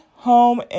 home